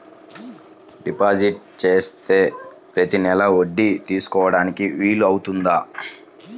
Deposit చేస్తే ప్రతి నెల వడ్డీ తీసుకోవడానికి వీలు అవుతుందా?